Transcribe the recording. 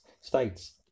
states